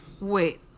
Wait